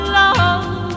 love